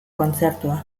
kontzertua